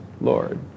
Lord